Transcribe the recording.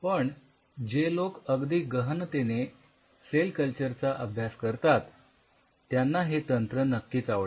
पण जे लोक अगदी गहनतेने सेल कल्चरचा अभ्यास करतात त्यांना हे तंत्र नक्कीच आवडेल